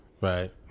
Right